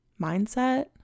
mindset